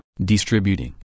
Distributing